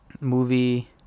movie